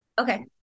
Okay